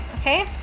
okay